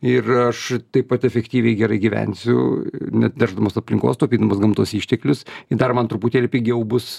ir aš taip pat efektyviai gerai gyvensiu neteršdamas aplinkos taupydamos gamtos išteklius i dar man truputėlį pigiau bus